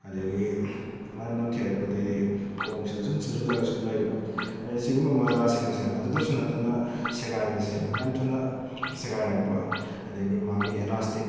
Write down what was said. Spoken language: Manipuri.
ꯑꯗꯨꯗꯒꯤ ꯃꯅꯝ ꯅꯝꯊꯤꯔꯛꯄꯗꯒꯤ ꯈꯣꯡꯁꯤꯗ ꯁꯨꯝ ꯆꯨꯁꯤꯜꯂꯒ ꯁꯨꯝ ꯂꯩꯕ ꯑꯗꯨꯗꯒꯤ ꯑꯁꯤꯒꯨꯝꯕ ꯃꯣꯖꯥꯁꯤꯡꯁꯦ ꯑꯗꯨꯗꯁꯨ ꯅꯠꯇꯅ ꯁꯦꯒꯥꯏꯕꯁꯦ ꯌꯥꯝ ꯊꯨꯅ ꯁꯦꯒꯥꯏꯔꯛꯄ ꯑꯗꯨꯗꯒꯤ ꯃꯥꯒꯤ ꯑꯦꯂꯥꯁꯇꯤꯛ